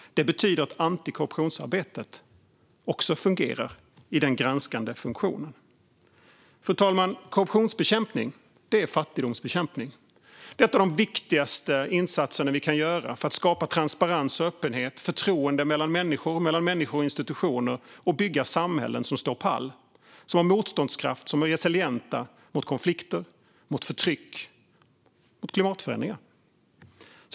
Det betyder att antikorruptionsarbetet också fungerar i sin granskande funktion. Fru talman! Korruptionsbekämpning är fattigdomsbekämpning. Det är en av de viktigaste insatser vi kan göra för att skapa transparens och öppenhet och skapa förtroende mellan människor och mellan människor och institutioner samt bygga samhällen som står pall, som har motståndskraft och som är resilienta mot konflikter, förtryck och klimatförändringar.